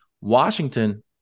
Washington